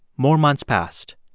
more months passed.